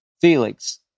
Felix